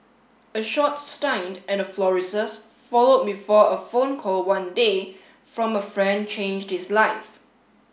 a short staint and a florist's followed before a phone call one day from a friend changed his life